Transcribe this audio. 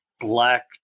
black